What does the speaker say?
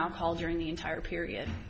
alcohol during the entire period